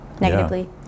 negatively